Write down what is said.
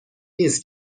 نیس